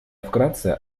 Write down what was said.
вкратце